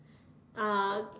uh